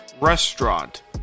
restaurant